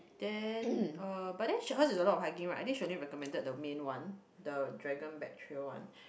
then uh but then she went a lot of hikings right I think she only recommended the main [one] the Dragon Back trail [one]